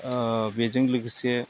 बेजों लोगोसे